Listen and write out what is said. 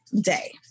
day